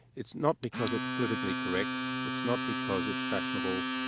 it's not because it's politically correct, it's not because it's fashionable,